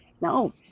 No